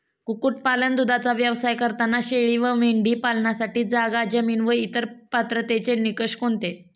कुक्कुटपालन, दूधाचा व्यवसाय करताना शेळी व मेंढी पालनासाठी जागा, जमीन व इतर पात्रतेचे निकष कोणते?